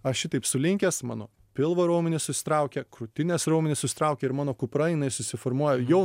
aš šitaip sulinkęs mano pilvo raumenys susitraukia krūtinės raumenys susitraukia ir mano kupra jinai susiformuoja jau